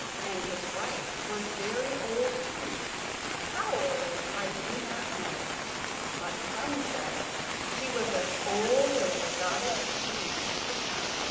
and his wife was very old too how old i do not know but some said she was as old as the goddess venus herself.